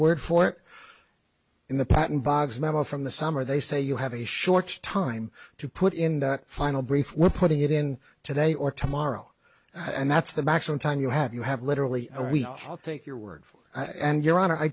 word for it in the patton boggs memo from the summer they say you have a short time to put in that final brief we're putting it in today or tomorrow and that's the maximum time you have you have literally i'll take your word and you